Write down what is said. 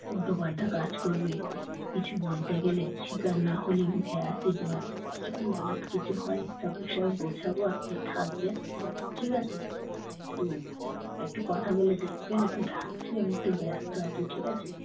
উল্টোপাল্টা কাজ করবে কিছু বলতে গেলে শিকার না হলে মুখে অ্যাসিড মারবে এই সব নানান কিছু হয় এই সব বিষয়ে বোঝাবো আপনি থাকবেন ঠিক আছে তো একটু কথা বলে দেখবেন এখন রাখছি আমি একটু ব্যস্ত আছি ঠিক আছে